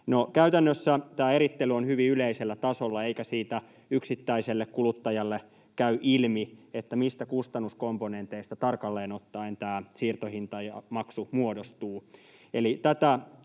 käytännössä tämä erittely on hyvin yleisellä tasolla, eikä siitä yksittäiselle kuluttajalle käy ilmi, mistä kustannuskomponenteista tarkalleen ottaen tämä siirtohinta ja maksu muodostuu.